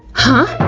huh?